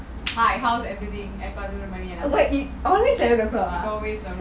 always eleven o'clock ah